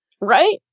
Right